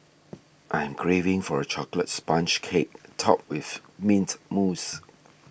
I am craving for a Chocolate Sponge Cake Topped with Mint Mousse